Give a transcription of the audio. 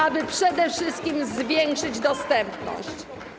aby przede wszystkim zwiększyć dostępność.